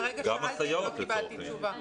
לפני רגע שאלתי ולא קיבלתי תשובה.